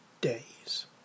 days